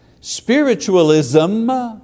Spiritualism